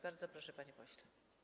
Bardzo proszę, panie pośle.